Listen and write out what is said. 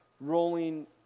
rolling